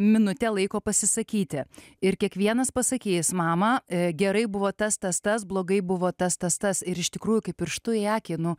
minutę laiko pasisakyti ir kiekvienas pasakys mama gerai buvo tas tas tas blogai buvo tas tas tas ir iš tikrųjų kaip pirštu į akį nu